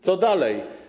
Co dalej?